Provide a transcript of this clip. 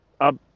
up